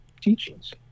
teachings